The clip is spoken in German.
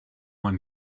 man